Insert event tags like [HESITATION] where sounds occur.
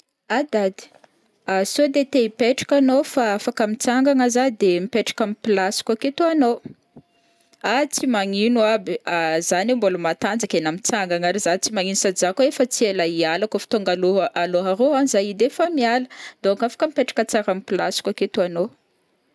A dady ah saode te hipetraka anao fa afaka mitsangagna zah de mipetraka am placeko aketo anao, [HESITATION] tsy magnino aby, [HESITATION] zah ne mbola matanjaka ai, na mitsangagna ary zah tsy magnino sady zah koa efa tsy ela hiala kaof tonga aloha arôhaony zah io de efa miala donc afaka mipetraka tsara am placeko aketo anao.